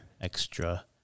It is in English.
extra